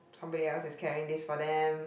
somebody else is carrying this for them